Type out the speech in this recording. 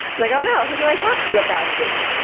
like oh no, who do i talk to about this?